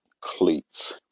cleats